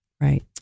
Right